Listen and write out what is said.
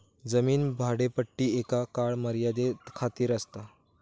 जमीन भाडेपट्टी एका काळ मर्यादे खातीर आसतात